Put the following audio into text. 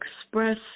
express